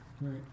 Right